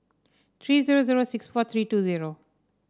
three zero zero six four three two zero